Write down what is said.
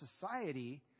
society